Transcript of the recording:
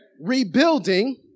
rebuilding